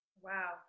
Wow